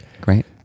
Great